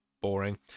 boring